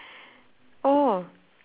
oh